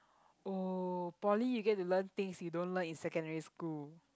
oh poly you get to learn things you don't learn in secondary school